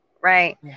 right